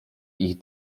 ich